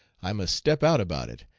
i must step out about it,